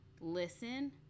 listen